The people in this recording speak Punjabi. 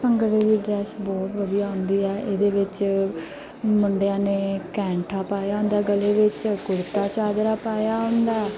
ਭੰਗੜੇ ਦੀ ਡਰੈੱਸ ਬਹੁਤ ਵਧੀਆ ਹੁੰਦੀ ਹੈ ਇਹਦੇ ਵਿੱਚ ਮੁੰਡਿਆਂ ਨੇ ਕੈਂਠਾ ਪਾਇਆ ਹੁੰਦਾ ਗਲੇ ਵਿੱਚ ਕੁੜਤਾ ਚਾਦਰਾ ਪਾਇਆ ਹੁੰਦਾ